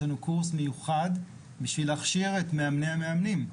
יש לנו קורס מיוחד בשביל להכשיר את מאמני המאמנים.